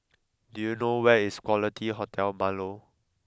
do you know where is Quality Hotel Marlow